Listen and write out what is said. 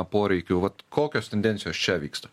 poreikių vat kokios tendencijos čia vyksta